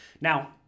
Now